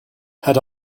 had